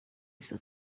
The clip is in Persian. زود